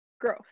growth